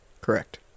Correct